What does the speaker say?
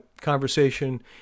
conversation